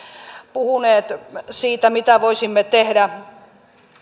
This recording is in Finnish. puhuneet siitä mitä voisimme tehdä